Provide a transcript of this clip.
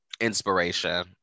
inspiration